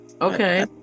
okay